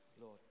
Lord